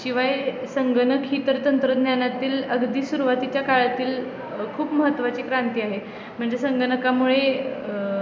शिवाय संगणक ही तर तंत्रज्ञानातील अगदी सुरवातीच्या काळातील खूप महत्वाची क्रांती आहे म्हणजे संगणकामुळे